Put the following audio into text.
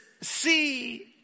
see